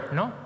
no